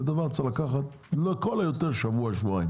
זה דבר שצריך לקחת לכל היותר שבוע-שבועיים,